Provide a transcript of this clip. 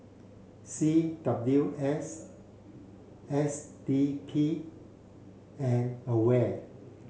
C W S S D P and AWARE